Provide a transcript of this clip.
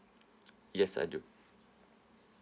yes I do